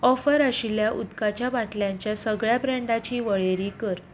offer आशिल्ल्या उदकाच्या बाटल्यांच्या सगळ्या ब्रँडांची वळेरी कर